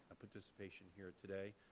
participation here today.